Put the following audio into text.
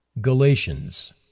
Galatians